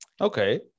Okay